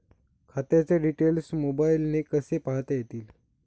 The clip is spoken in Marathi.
खात्याचे डिटेल्स मोबाईलने कसे पाहता येतील?